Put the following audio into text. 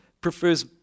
prefers